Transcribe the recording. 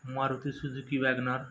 Maruti Suzuki WagonR